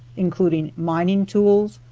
including mining tools,